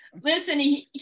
Listen